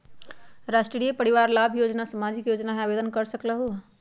राष्ट्रीय परिवार लाभ योजना सामाजिक योजना है आवेदन कर सकलहु?